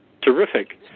Terrific